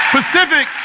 Pacific